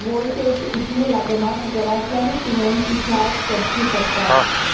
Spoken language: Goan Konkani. वोल्टेज इतली लागना की घरांतल्यानीय तुवेन ती चार्ज करची पडटा